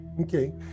Okay